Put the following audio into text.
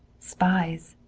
spies!